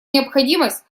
необходимость